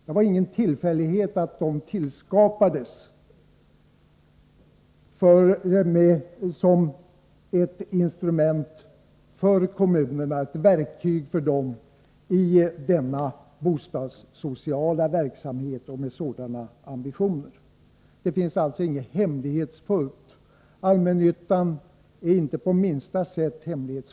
Det var ingen tillfällighet att allmännyttan tillskapades med sådana ambitioner och som ett verktyg för kommunerna i den bostadssociala verksamheten. Det finns alltså inget hemlighetsfullt med allmännyttan.